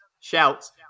shouts